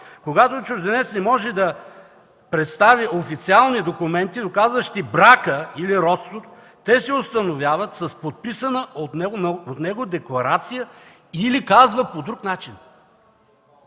„Когато чужденец не може да представи официални документи, доказващи брака или родството, те се установяват с подписана от него декларация или, казва, по друг начин.”